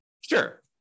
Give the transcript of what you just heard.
Sure